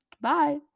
bye